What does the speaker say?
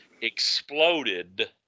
exploded